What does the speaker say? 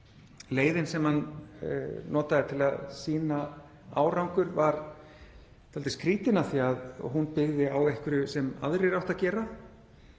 leiðin sem hann notaði til að sýna árangur var dálítið skrýtin af því að hún byggðist á einhverju sem aðrir áttu að gera.